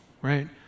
right